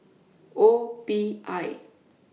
O P I